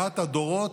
הינה, ועוד אחת.